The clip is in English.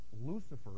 Lucifer